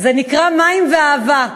זה נקרא "מים ואהבה".